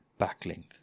backlink